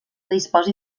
disposi